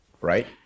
Right